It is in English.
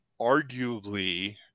arguably